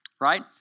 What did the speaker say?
Right